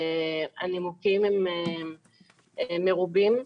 הנימוקים הם מרובים: